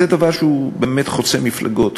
זה דבר שהוא באמת חוצה מפלגות.